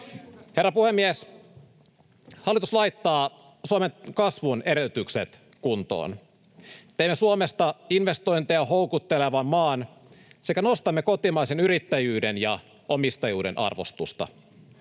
Herra puhemies! Hallitus laittaa Suomen kasvun edellytykset kuntoon. Teemme Suomesta investointeja houkuttelevan maan sekä nostamme kotimaisen yrittäjyyden ja omistajuuden arvostusta.